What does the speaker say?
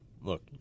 Look